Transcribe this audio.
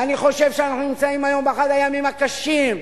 ואני חושב שאנחנו נמצאים היום באחד הימים הקשים.